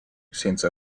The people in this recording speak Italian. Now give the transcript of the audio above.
senza